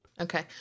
Okay